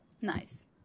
Nice